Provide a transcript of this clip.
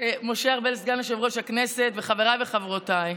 משה ארבל, סגן יושב-ראש הכנסת, חבריי וחברותיי,